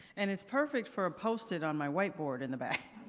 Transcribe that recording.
and it's perfect for a post-it on my white board in the back.